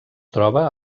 troba